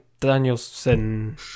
Danielson